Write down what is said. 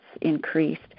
increased